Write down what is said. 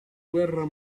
guerra